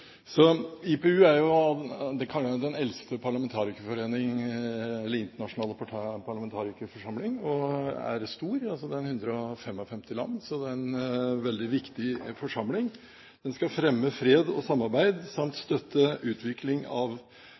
IPU er den eldste internasjonale parlamentarikerforsamling. Den er stor – det er medlemmer fra 155 land – så det er en veldig viktig forsamling. Den skal fremme fred og samarbeid samt støtte utvikling av